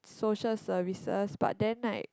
social services but then right